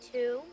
Two